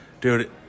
dude